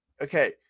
Okay